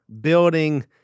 building